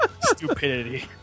Stupidity